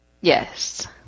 Yes